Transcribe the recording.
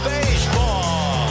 Baseball